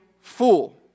fool